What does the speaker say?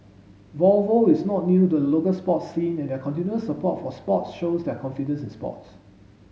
Volvo is not new to the local sport scene and their continuous support for sports shows their confidence in sports